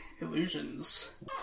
Illusions